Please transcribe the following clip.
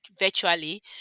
virtually